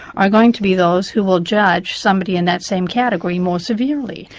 are going to be those who will judge somebody in that same category more severely.